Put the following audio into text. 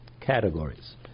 categories